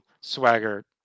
swagger